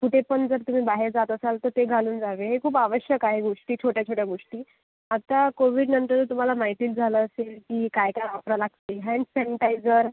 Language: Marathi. कुठे पण जर तुम्ही बाहेर जात असाल तर ते घालून जावे हे खूप आवश्यक आहे गोष्टी छोट्या छोट्या गोष्टी आता कोविडनंतर तुम्हाला माहितीच झालं असेल कि काय काय वापरावं लागते हॅन्ड सॅनिटायझर